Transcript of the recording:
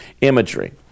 imagery